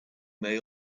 may